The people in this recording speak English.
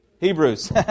Hebrews